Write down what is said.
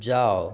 जाउ